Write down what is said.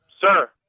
sir